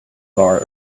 bar